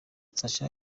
sacha